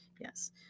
Yes